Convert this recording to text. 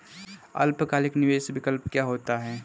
अल्पकालिक निवेश विकल्प क्या होता है?